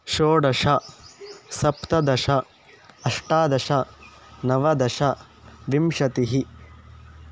षोडश सप्तदश अष्टादश नवदश विंशतिः